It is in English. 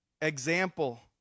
example